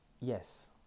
yes